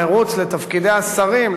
המירוץ לתפקידי השרים,